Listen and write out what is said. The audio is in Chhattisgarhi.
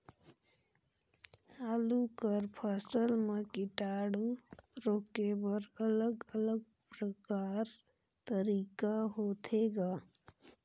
आलू कर फसल म कीटाणु रोके बर अलग अलग प्रकार तरीका होथे ग?